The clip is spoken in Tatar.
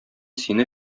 сине